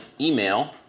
email